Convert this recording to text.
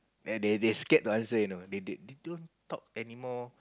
and they they scared to answer you know they they they don't talk anymore